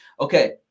Okay